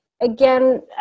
Again